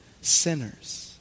sinners